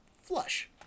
Flush